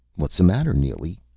what's the matter, neely?